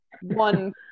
one